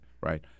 right